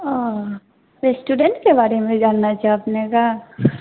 ओ स्टूडेंटके बारेमे जाननाइ छै अपनेके